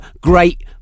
great